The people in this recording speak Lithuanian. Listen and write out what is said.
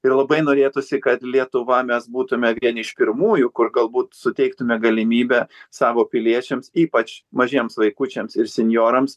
ir labai norėtųsi kad lietuva mes būtume vieni iš pirmųjų kur galbūt suteiktume galimybę savo piliečiams ypač mažiems vaikučiams ir sinjorams